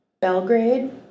Belgrade